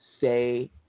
Say